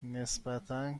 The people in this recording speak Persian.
نسبتا